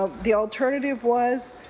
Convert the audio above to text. ah the alternative was,